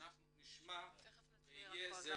תיכף נשמע על זה.